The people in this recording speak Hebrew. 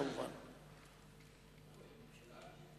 האם להמשיך בקריאה שלישית, אדוני יושב-ראש הוועדה?